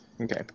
Okay